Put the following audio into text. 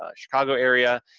ah chicago area,